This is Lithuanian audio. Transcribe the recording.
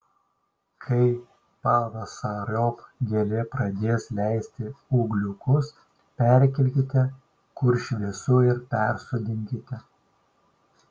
kai pavasariop gėlė pradės leisti ūgliukus perkelkite kur šviesu ir persodinkite